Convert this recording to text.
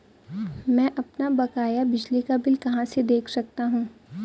मैं अपना बकाया बिजली का बिल कहाँ से देख सकता हूँ?